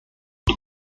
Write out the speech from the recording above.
uns